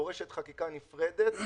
דורשת חקיקה נפרדת.